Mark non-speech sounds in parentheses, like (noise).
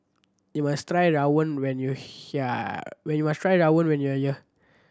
you must try rawon when you are (unintelligible) when you are try rawon when you are here